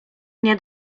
nie